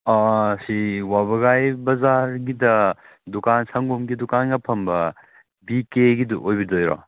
ꯁꯤ ꯋꯥꯕꯒꯥꯏ ꯕꯥꯖꯥꯔꯒꯤꯗ ꯗꯨꯗꯥꯟ ꯁꯪꯒꯣꯝꯒꯤ ꯗꯨꯀꯥꯟꯒ ꯐꯝꯕ ꯕꯤ ꯀꯦꯒꯤꯗꯨ ꯑꯣꯏꯕꯤꯗꯣꯏꯔꯣ